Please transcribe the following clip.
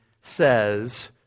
says